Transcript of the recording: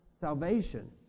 salvation